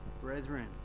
brethren